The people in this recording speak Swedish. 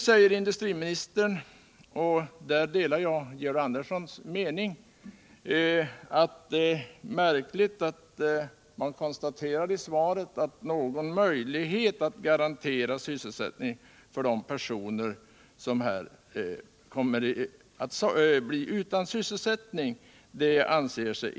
Jag dela” Georg Anderssons mening att det är märkligt att man i svaret konstaterar att regeringen inte anser sig ha någon möjlighet att garantera alternativ sysselsättning för de personer som här kommer att bli friställda.